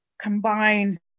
combine